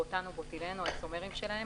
בוטאן או בוטילן או האיזומרים שלהם,